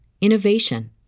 innovation